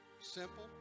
Simple